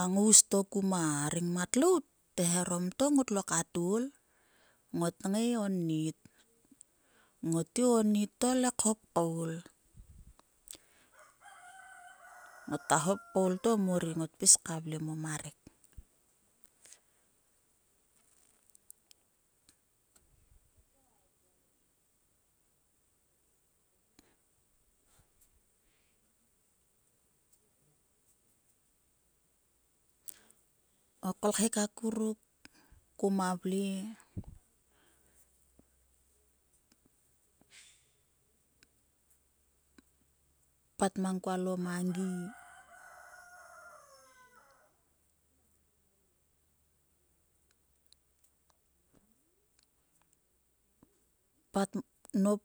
A ngous to ku ma rengmat lout teharom to ngotlo kat ol. ngot ngai onnit. Ngot ngai onnit tole khop koul. ngota hop koul tomor ri ngota vle mo ma rek. O kolkhe a kruk kuma vle kpat mang kualo mangi pat nop